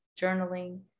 journaling